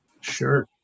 Sure